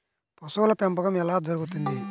పశువుల పెంపకం ఎలా జరుగుతుంది?